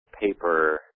paper